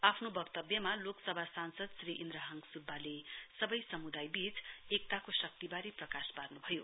आफ्नो वक्तव्यमा लोकसभा सांसद श्री इन्द्रहाङ सुब्बाले सबै समुदायबीच एकताको शक्तिबारे प्रकाश पार्नु भयो